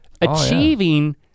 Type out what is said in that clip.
achieving